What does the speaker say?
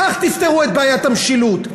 כך תפתרו את בעיית המשילות.